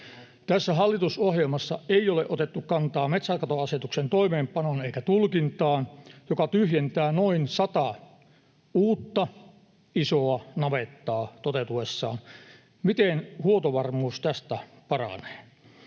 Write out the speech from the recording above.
Tässä hallitusohjelmassa ei ole otettu kantaa metsäkatoasetuksen toimeenpanoon eikä tulkintaan, joka tyhjentää noin sata uutta isoa navettaa toteutuessaan. Miten huoltovarmuus tästä paranee?